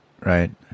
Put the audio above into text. right